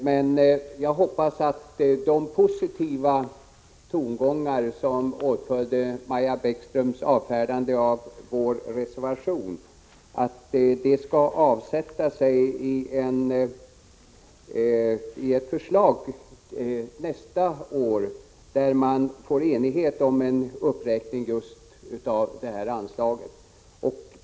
Men jag hoppas att de positiva tongångar som åtföljde Maja Bäckströms yrkande på avslag på vår reservation skall leda till ett förslag nästa år och att man då kan nå enighet om en uppräkning av just det här anslaget.